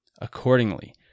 Accordingly